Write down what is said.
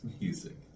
music